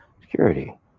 security